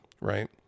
right